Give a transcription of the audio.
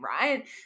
right